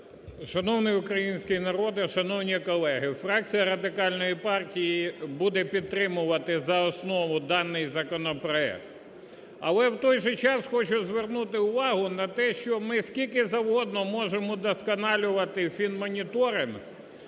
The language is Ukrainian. Шановний український народе! Шановні колеги! Фракція Радикальної партії буде підтримувати за основу даний законопроект. Але в той же час хочу звернути увагу на те, що ми скільки завгодно можемо удосконалювати фінмоніторинг,